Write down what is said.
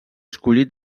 escollit